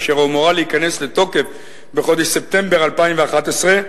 אשר אמורה להיכנס לתוקף בחודש ספטמבר 2011,